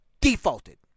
defaulted